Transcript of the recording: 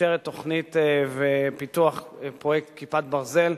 לאשר את תוכנית פיתוח פרויקט "כיפת ברזל".